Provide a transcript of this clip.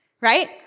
Right